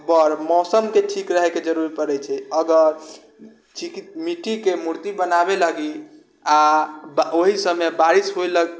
बड़ मौसमके ठीक रहैके जरुरी पड़ै छै अगर मिट्टीके मूर्ति बनाबै लागि आ ओहि समयमे बारिश होइलक